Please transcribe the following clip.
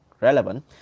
relevant